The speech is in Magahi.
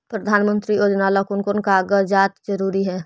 प्रधानमंत्री योजना ला कोन कोन कागजात जरूरी है?